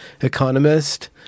economist